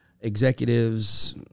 executives